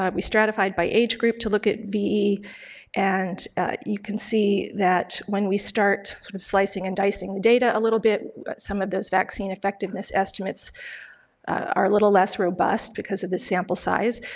ah we stratified by age group to look ve and you can see that when we start sort of slicing and dicing the data a little bit some of those vaccine effectiveness estimates are a little less robust because of the sample size,